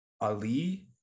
Ali